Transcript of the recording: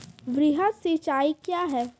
वृहद सिंचाई कया हैं?